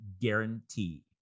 guarantee